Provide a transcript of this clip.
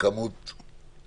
בבתי המשפט.